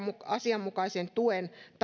asianmukaisen tuen tarjoamisessa